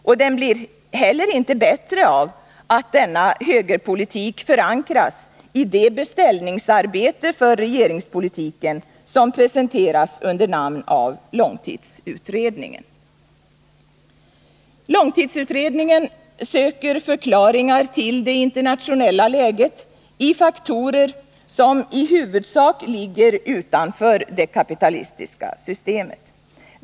Och den blir heller inte bättre av att denna högerpolitik förankras i det beställningsarbete för regeringspolitiken som presenteras under namn av långtidsutredningen. Långtidsutredningen söker förklaringar till det internationella läget i faktorer som i huvudsak ligger utanför det kapitalistiska systemet.